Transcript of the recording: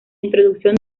introducción